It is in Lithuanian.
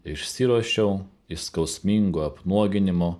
išsiruošiau iš skausmingo apnuoginimo